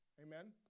Amen